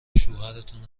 شوهرتون